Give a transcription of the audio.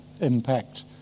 impact